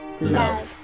love